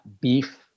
beef